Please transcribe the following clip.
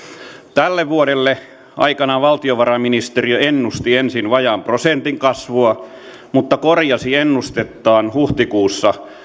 tälle vuodelle aikanaan valtiovarainministeriö ennusti ensin vajaan prosentin kasvua mutta korjasi ennustettaan huhtikuussa